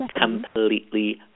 completely